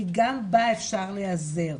כי גם בה אפשר להיעזר